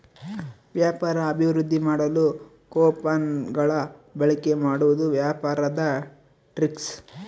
ವ್ಯಾಪಾರ ಅಭಿವೃದ್ದಿ ಮಾಡಲು ಕೊಪನ್ ಗಳ ಬಳಿಕೆ ಮಾಡುವುದು ವ್ಯಾಪಾರದ ಟ್ರಿಕ್ಸ್